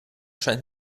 scheint